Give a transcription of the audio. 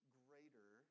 greater